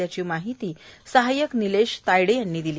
अशी माहिती सहाय्यक निलेश तायडे यांनी दिली